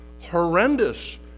horrendous